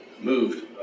moved